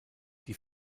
die